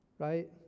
right